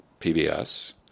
PBS